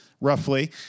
roughly